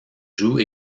joue